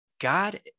god